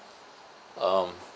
um